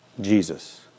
Jesus